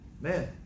man